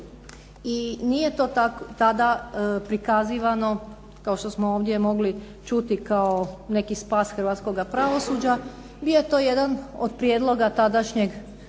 I nije to tada prikazivano kao što smo ovdje mogli čuti, kao neki spas hrvatskoga pravosuđa. Bio je to jedan od prijedloga tadašnjeg projekta